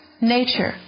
nature